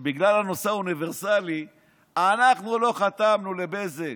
שבגלל הנושא האוניברסלי אנחנו לא חתמנו לבזק,